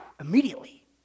Immediately